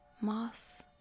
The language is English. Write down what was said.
moss